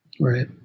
right